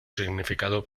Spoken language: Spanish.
significado